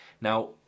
Now